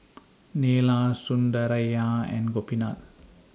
Neila Sundaraiah and Gopinath